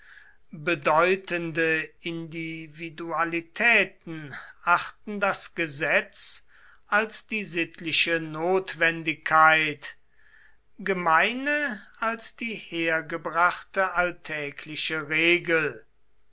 bedeutende individualitäten achten das gesetz als die sittliche notwendigkeit gemeine als die hergebrachte alltägliche regel